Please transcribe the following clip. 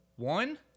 One